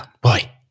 boy